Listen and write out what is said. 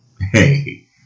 hey